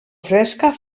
fresca